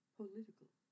political